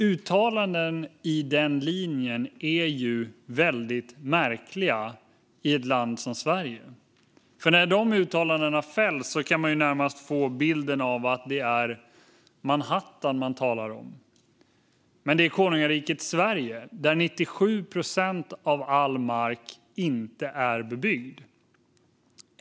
Uttalanden i den stilen är ju väldigt märkliga i ett land som Sverige, för när de görs kan man ju närmast få bilden att det är Manhattan vi talar om. Men det är konungariket Sverige, där 97 procent av all mark inte är bebyggd.